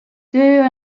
töö